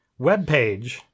webpage